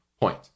point